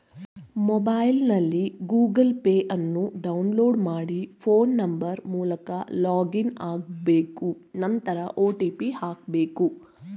ಮೊಬೈಲ್ನಲ್ಲಿ Google Pay ಅನ್ನು download ಮಾಡಿ ಫೋನ್ ನಂಬರ್ ಮೂಲಕ ಲಾಗಿನ್ ಆಗ್ಬೇಕು ನಂತರ ಒ.ಟಿ.ಪಿ ಹಾಕ್ಬೇಕು